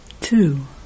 Two